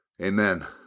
Amen